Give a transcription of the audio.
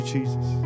Jesus